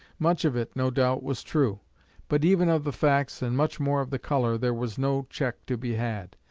much of it, no doubt, was true but even of the facts, and much more of the colour, there was no check to be had,